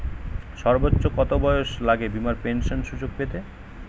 সর্বোচ্চ কত বয়স লাগে বীমার পেনশন সুযোগ পেতে?